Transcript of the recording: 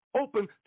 open